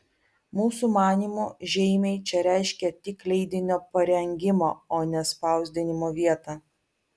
mūsų manymu žeimiai čia reiškia tik leidinio parengimo o ne spausdinimo vietą